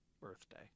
birthday